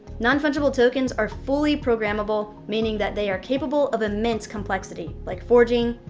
non-fungible tokens are fully programmable meaning that they are capable of immense complexity like forging,